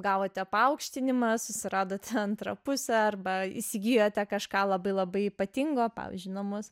gavote paaukštinimą susiradote antrą pusę arba įsigijote kažką labai labai ypatingo pavyzdžiui namus